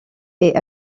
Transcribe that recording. est